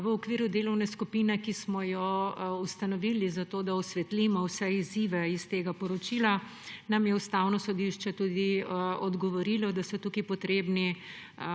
V okviru delovne skupine, ki smo jo ustanovili, da osvetlimo vse izzive iz tega poročila, nam je Ustavno sodišče tudi odgovorilo, da so tukaj potrebni